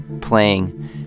playing